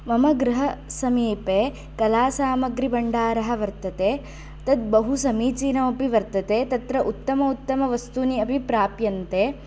मम गृहसमीपे कलासामग्रीभण्डारः वर्तते तत् बहु समीचीनो अपि वर्तते तत्र उत्तम उत्तम वस्तूनि अपि प्राप्यन्ते